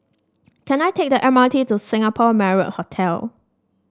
can I take the M R T to Singapore Marriott Hotel